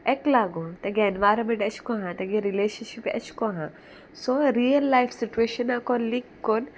एक लागोन तेगे एनवायरमेंट एशें कोन्न आहा तेगे रिलेशनशीप एशें कों हा सो रियल लायफ सिटुएशना कोण लींक कोन्न